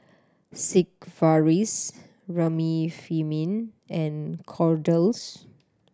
Sigvaris Remifemin and Kordel's